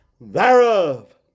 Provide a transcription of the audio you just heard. thereof